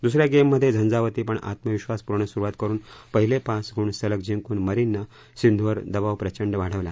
दुसऱ्या गेममध्ये झंझावाती पण आत्मविधासपूर्ण सुरुवात करुन पहिले पाच गुण सलग जिंकून मरीननं सिंधूवर दबाव प्रचंड वाढवला